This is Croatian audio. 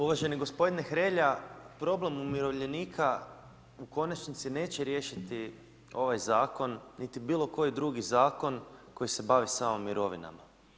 Uvaženi gospodine Hrelja, problem umirovljenika u konačnici neće riješiti ovaj zakon, niti bilo koji drugi zakon koji se bavi samo mirovinama.